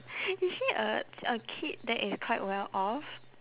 is she uh a kid that is quite well off